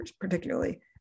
particularly